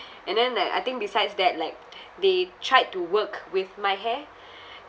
and then like I think besides that like they tried to work with my hair